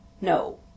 No